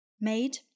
made